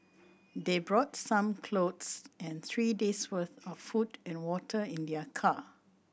they brought some clothes and three days' worth of food and water in their car